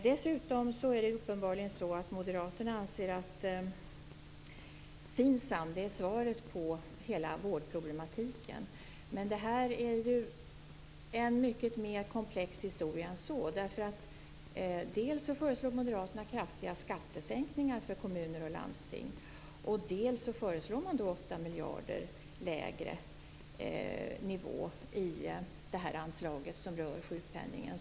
Dessutom anser uppenbarligen moderaterna att FINSAM är svaret på hela vårdproblematiken, men det här är ju en mycket mer komplex historia än så. Dels föreslår moderaterna kraftiga skattesänkningar för kommuner och landsting, dels föreslår man en 8 miljarder kronor lägre nivå i det anslag som rör sjukpenningen.